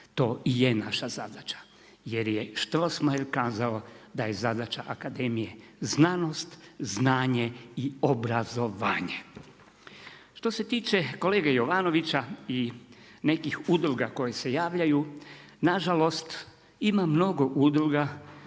To i je naša zadaća, jer je Strossmayer kazao da je zadaća Akademije, znanost znanje i obrazovanje. Što se tiče kolege Jovanovića i nekih udruga koje se javljaju, nažalost, ima mnogo udruga